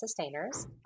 sustainers